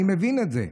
אני מבין את זה.